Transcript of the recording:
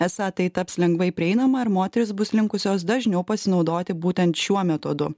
esą tai taps lengvai prieinama ir moterys bus linkusios dažniau pasinaudoti būtent šiuo metodu